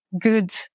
good